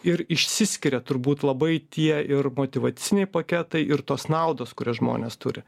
ir išsiskiria turbūt labai tie ir motyvaciniai paketai ir tos naudos kurias žmonės turi